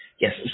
Yes